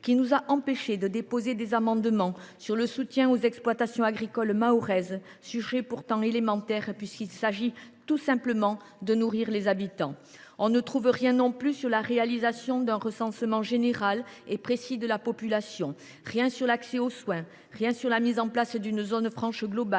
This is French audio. qui nous empêche d’examiner des amendements visant à soutenir les exploitations agricoles mahoraises, sujet pourtant élémentaire, puisqu’il s’agit tout simplement de nourrir les habitants ! On ne trouve rien non plus dans le texte sur la réalisation d’un recensement général et précis de la population ; rien sur l’accès aux soins ; rien sur la mise en place d’une zone franche globale